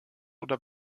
oder